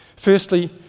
Firstly